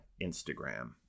Instagram